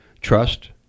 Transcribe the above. trust